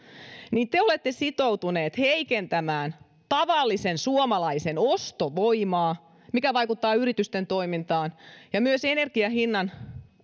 mutta te olette sitoutuneet heikentämään tavallisen suomalaisen ostovoimaa mikä vaikuttaa yritysten toimintaan energian hinnan